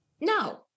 No